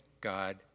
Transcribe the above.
God